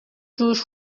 جوش